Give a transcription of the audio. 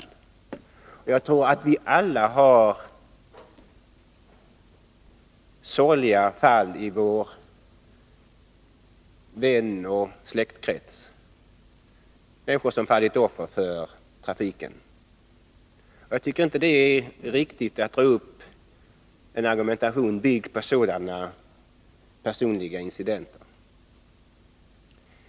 Jag tror att vi alla har sorgliga fall i vår vänoch släktkrets med människor som fallit offer för trafiken. Men jag tycker inte att det är riktigt att bygga upp en argumentation på sådana personliga erfarenheter.